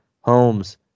Holmes